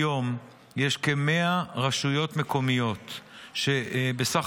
היום יש כ-100 רשויות מקומיות שבסך